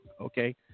Okay